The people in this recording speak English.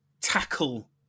tackle